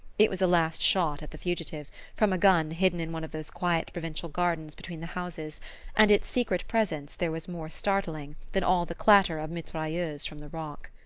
it was a last shot at the fugitive, from a gun hidden in one of those quiet provincial gardens between the houses and its secret presence there was more startling than all the clatter of mitrailleuses from the rock.